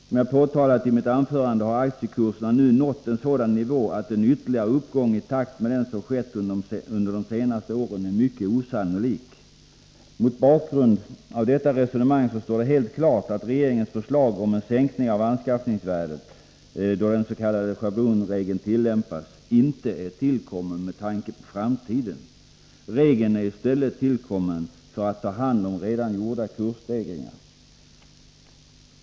Som jag påpekat i mitt anförande har aktiekurserna nu nått en sådan nivå att en ytterligare uppgång i takt med den som skett under de senaste åren är mycket osannolik, Mot bakgrund av detta resonemang står det helt klart att regeringens förslag om en sänkning av anskaffningsvärdet då den s.k. schablonregeln tillämpas inte är tillkommet med tanke på framtiden. Regeln är i stället tillkommen för att ta hand om redan gjorda kursstegringar.